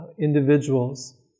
individuals